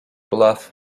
bluff